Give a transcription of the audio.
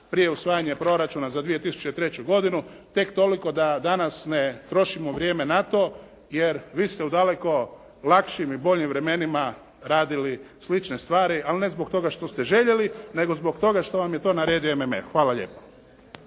prije usvajanja proračuna za 2003. godinu, tek toliko da danas ne trošimo vrijeme na to jer vi ste u daleko lakšim i boljim vremenima radili slične stvari, ali ne zbog toga što ste željeli, nego zbog toga što vam je to naredio MMF. Hvala lijepo.